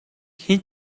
хэн